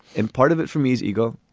and part of it for me is ego.